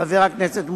חבר הכנסת מולה,